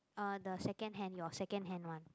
uh the second hand your second hand one